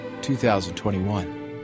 2021